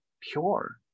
pure